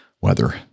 weather